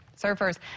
surfers